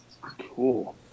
Cool